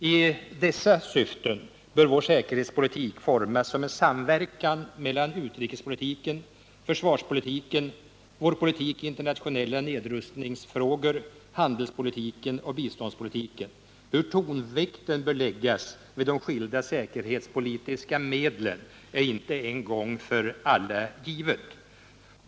I dessa syften bör vår säkerhetspolitik formas som en samverkan mellan utrikespolitiken, försvarspolitiken, vår politik i internationella nedrustningsfrågor, handelspolitiken och biståndspolitiken. Hur tonvikten bör läggas vid de skilda säkerhetspolitiska medlen är inte en gång för alla givet.